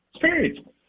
period